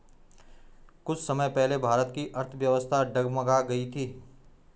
कुछ समय पहले भारत की अर्थव्यवस्था डगमगा गयी थी